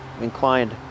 inclined